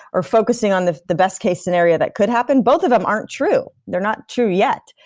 or focusing on the the best case scenario that could happen, both of them aren't true. they're not true yet,